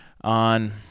on